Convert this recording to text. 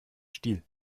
stiel